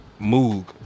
Moog